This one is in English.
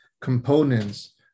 components